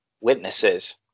witnesses